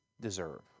deserve